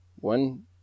one